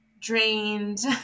drained